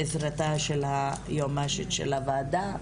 בעזרתה של היועמ"שית של הוועדה.